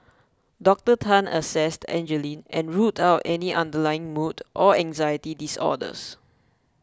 Doctor Tan assessed Angeline and ruled out any underlying mood or anxiety disorders